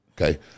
okay